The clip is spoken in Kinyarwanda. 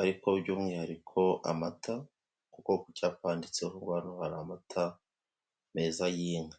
ariko by'umwihariko amata kuko ku cyapa handitseho ngo hano hari amata meza y'inka.